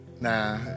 Nah